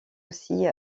aussi